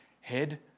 head